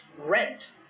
rent